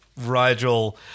Rigel